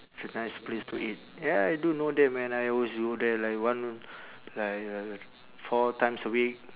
it's a nice place to eat ya I do know them man I always go there like one like uh four times a week